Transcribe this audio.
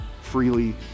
freely